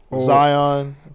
Zion